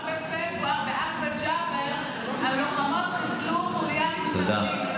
רק בפברואר בעקבת ג'בר הלוחמות חיסלו חוליית מחבלים.